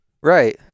Right